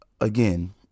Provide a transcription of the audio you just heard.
again